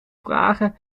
vragen